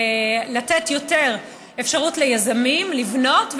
לתת יותר אפשרות ליזמים לבנות,